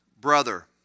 brother